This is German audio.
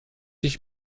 ich